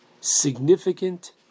significant